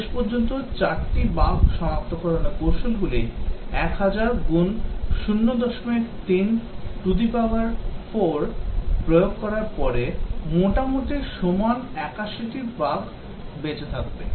শেষ পর্যন্ত 4 টি বাগ সনাক্তকরণের কৌশলগুলি 1000 034 প্রয়োগ করার পরে মোটামুটি সমান 81 টি বাগ বেঁচে থাকবে